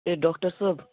ہے doctor صٲب